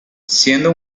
siendo